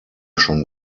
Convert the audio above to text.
schon